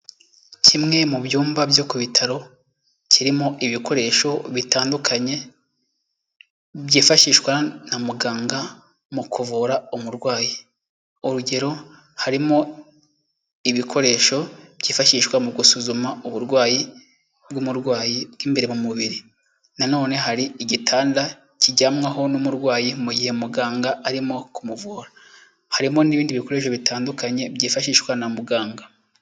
Kimwe mu byumba byo ku bitaro, kirimo ibikoresho bitandukanye, byifashishwa na muganga mu kuvura umurwayi. Urugero; harimo ibikoresho byifashishwa mu gusuzuma uburwayi bw'umurwayi bw'imbere mu mubiri. Na none hari igitanda kiryamwaho n'umurwayi mu gihe muganga arimo kumuvura. Harimo n'ibindi bikoresho bitandukanye byifashishwa na muganga.